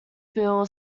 bill